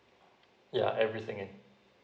yeah everything in